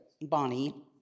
Bonnie